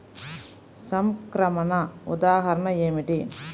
సంక్రమణ ఉదాహరణ ఏమిటి?